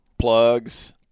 Plugs